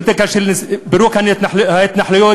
פירוק ההתנחלויות,